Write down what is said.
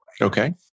Okay